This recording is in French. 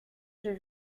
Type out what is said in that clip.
j’ai